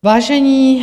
Vážení...